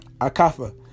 Akafa